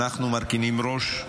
אנחנו מרכינים ראש,